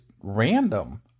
random